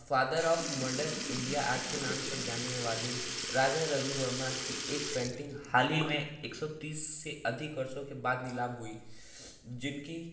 father of modern India एड के नाम से जाने वाले राजा रवि वर्मा की एक पेंटिंग हाल ही में एक सौ तीस से अधिक वर्षों के बाद नीलाम हुई जिनकी